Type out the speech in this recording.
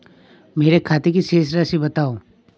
मेरे खाते की शेष राशि बताओ?